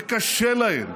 זה קשה להם.